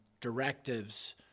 directives